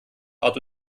art